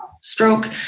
stroke